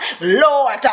Lord